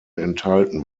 enthalten